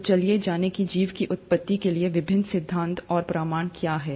तो चलिए जाने कि जीवन की उत्पत्ति के लिए विभिन्न सिद्धांत और प्रमाण क्या हैं